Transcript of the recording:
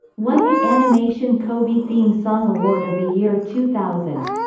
won the animation kobe theme song award of the year two thousand.